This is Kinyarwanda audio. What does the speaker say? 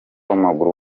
w’amaguru